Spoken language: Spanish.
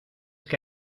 que